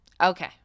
Okay